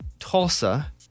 Tulsa